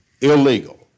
illegal